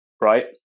right